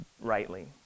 rightly